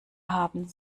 haben